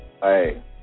Hey